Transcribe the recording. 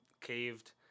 caved